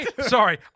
Sorry